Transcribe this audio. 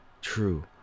true